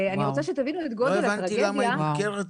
אני מדברת